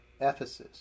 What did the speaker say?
Ephesus